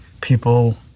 people